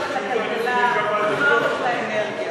קודם כול לאוצר, אחר כך לכלכלה ואחר כך לאנרגיה.